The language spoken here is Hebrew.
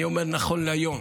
נכון להיום,